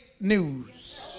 news